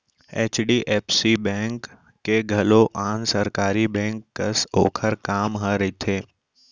HDFC bank के घलौ आन सरकारी बेंक कस ओकर काम ह रथे